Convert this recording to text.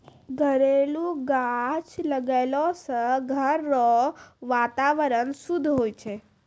घरेलू गाछ लगैलो से घर रो वातावरण शुद्ध हुवै छै